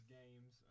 games